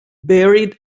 buried